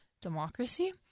democracy